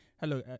hello